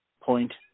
point